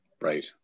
Right